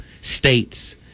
states